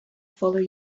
follow